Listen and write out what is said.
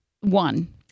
One